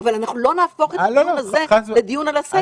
אבל אנחנו לא נהפוך את הדיון הזה לדיון על הסגר.